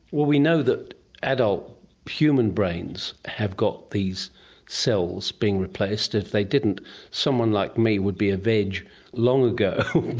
well we know that adult human brains have got these cells being replaced. if they didn't someone like me would be a veg long ago.